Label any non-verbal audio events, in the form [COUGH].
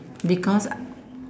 because [NOISE]